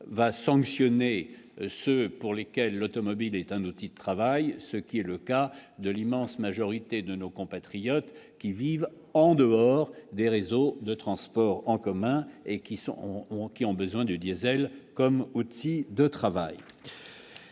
va sanctionner ceux pour lesquels l'automobile est un outil de travail, ce qui est le cas de l'immense majorité de nos compatriotes qui vivent en dehors des réseaux de transports en commun et qui sont ont qui ont besoin du diésel comme outil de travail,